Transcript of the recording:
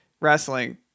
wrestling